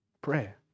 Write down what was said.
Prayer